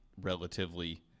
relatively